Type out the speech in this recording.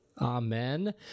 Amen